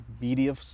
media